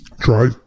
try